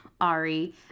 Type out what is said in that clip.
Ari